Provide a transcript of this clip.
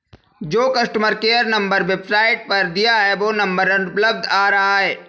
जो customer care number website पर दिया है वो नंबर अनुपलब्ध आ रहा है